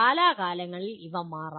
കാലാകാലങ്ങളിൽ ഇവ മാറാം